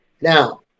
Now